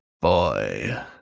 boy